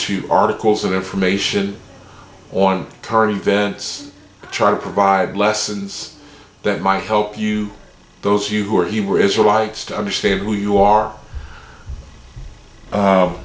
two articles and information on current events to try to provide lessons that might help you those you who are you were israelites to understand who you are